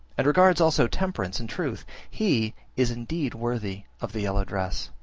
and regards also temperance and truth, he is indeed worthy of the yellow dress.